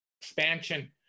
expansion